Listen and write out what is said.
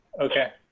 Okay